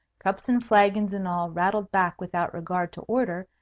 cups and flagons and all rattled back without regard to order,